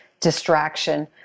distraction